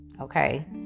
okay